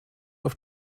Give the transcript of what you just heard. auf